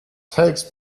takes